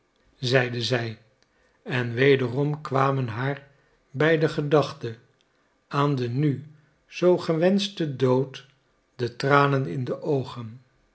zeide zei en wederom kwamen haar bij de gedachte aan den nu zoo gewenschten dood de tranen in de oogen